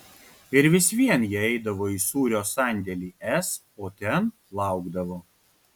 ir vis vien jie eidavo į sūrio sandėlį s o ten laukdavo